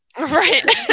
Right